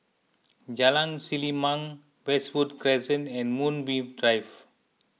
Jalan Selimang Westwood Crescent and Moonbeam Drive